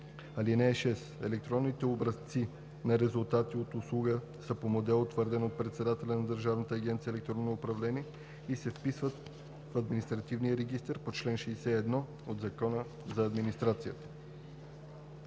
(6) Електронните образци на резултати от услугата са по модел, утвърден от председателя на Държавна агенция „Електронно управление“, и се вписват в Административния регистър по чл. 61 от Закона за администрацията.“